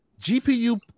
GPU